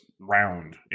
round